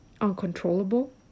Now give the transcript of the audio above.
uncontrollable